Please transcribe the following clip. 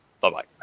Bye-bye